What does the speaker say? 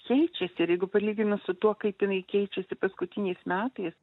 keičiasi ir jeigu palygini su tuo kaip jinai keičiasi paskutiniais metais